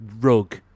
rug